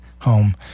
home